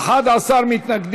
התשע"ז